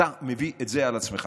אתה מביא את זה על עצמך.